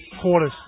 quarters